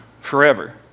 forever